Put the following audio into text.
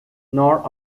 nor